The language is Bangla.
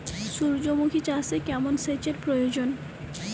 সূর্যমুখি চাষে কেমন সেচের প্রয়োজন?